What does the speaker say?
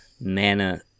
mana